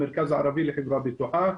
המרכז הערבי לחברה בטוחה.